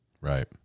Right